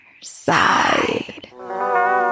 side